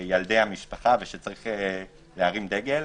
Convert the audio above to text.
לילדי המשפחה ושצריך להרים דגל,